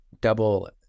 double